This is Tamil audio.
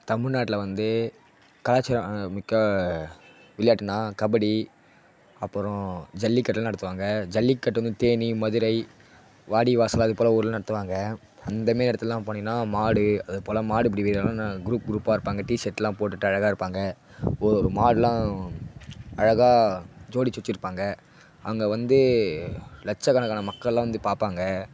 தமிழ்நாட்டில் வந்து கலாச்சாரம் மிக்க விளையாட்டுன்னா கபடி அப்புறோம் ஜல்லிக்கட்டுலாம் நடத்துவாங்க ஜல்லிக்கட்டு வந்து தேனி மதுரை வாடிவாசல் அதுப்போல் ஊரில் நடத்துவாங்க அந்தமாரி எடுத்துலலாம் போனீங்கன்னா மாடு அதுப்போல் மாடுப்பிடி வீரர்கள்லாம் க்ரூப் க்ரூப்பா இருப்பாங்க டீஷர்ட்லாம் போட்டுட்டு அழகாக இருப்பாங்க ஒ மாடுலாம் அழகாக ஜோடித்து வச்சிருப்பாங்க அங்கே வந்து லட்சக்கணக்கான மக்கள்லாம் வந்து பார்ப்பாங்க